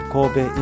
Kobe